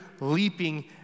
leaping